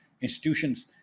institutions